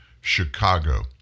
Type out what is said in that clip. Chicago